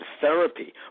therapy